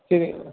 சரி